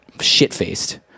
shit-faced